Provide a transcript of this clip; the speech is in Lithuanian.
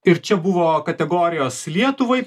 ir čia buvo kategorijos lietuvai